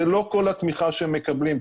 זה לא כל התמיכה שהם מקבלים.